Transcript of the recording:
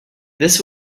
this